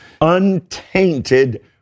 untainted